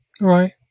Right